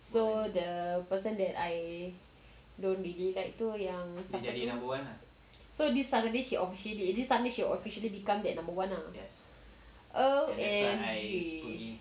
so the person that I don't really like tu yang siapa tu so this saturday this sunday she will officially become that number one lah O_M_G